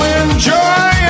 enjoy